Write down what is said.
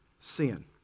sin